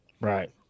right